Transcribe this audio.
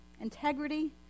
Integrity